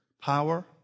power